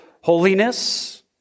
holiness